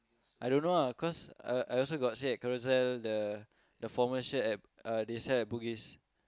I don't know ah cause I I also got see at Carousell the the formal shirt at uh they sell at Bugis